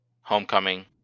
Homecoming